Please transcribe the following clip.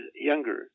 younger